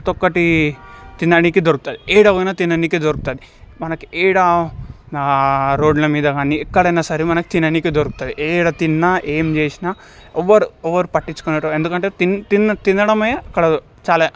ప్రతి ఒక్కటి తిననీకి దొరుకుతుంది ఎక్కడపోయినా తిననీకి దొరుకుతుంది మనకు ఏడ రోడ్లమీద గానీ ఎక్కడైనా సరే తిననీకి దొరుకుతది ఎక్కడతిన్న ఏంచేసినా ఎవ్వరు ఎవ్వరు పట్టించుకొనెటోలు ఎందుకంటే తిన్ తిన్ తినడమే అక్కడ చాలా